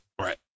right